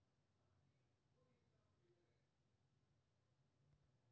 कतेको सदी सं एकर विभिन्न नस्लक खेती होइ छै